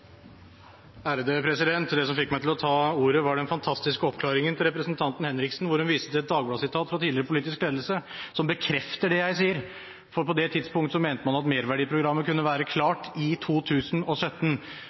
Det som fikk meg til å ta ordet, var den fantastiske oppklaringen til representanten Henriksen, hvor hun viste til et Dagbladet-sitat fra tidligere politisk ledelse som bekrefter det jeg sier. På det tidspunktet mente man at merverdiprogrammet kunne være